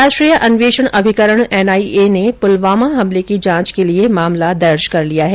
राष्ट्रीय अन्वेषण अभिकरण एन आई ए ने पुलवामा हमले की जांच के लिए मामला दर्ज कर लिया है